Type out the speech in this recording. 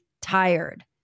tired